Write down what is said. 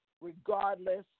regardless